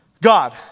God